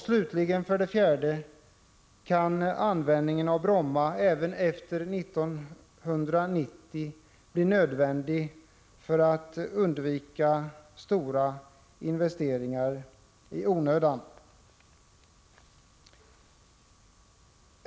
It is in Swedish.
Slutligen och för det fjärde kan användningen av Bromma även efter 1990 bli nödvändig för att undvika stora investeringar i onödan.